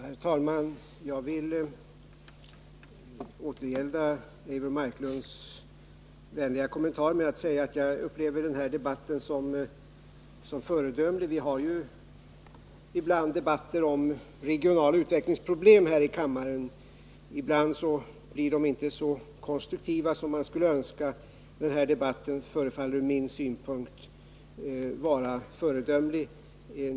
Herr talman! Jag vill återgälda Eivor Marklunds vänliga kommentar med att säga att jag upplever denna debatt som föredömlig. Vi har ju då och då debatter om regionala utvecklingsproblem här i kammaren, och ibland blir de inte så konstruktiva som man skulle önska. Den här debatten förefaller från min synpunkt vara föredömlig.